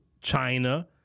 China